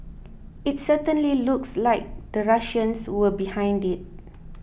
it certainly looks like the Russians were behind it